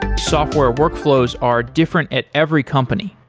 software workflows are different at every company.